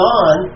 on